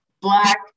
black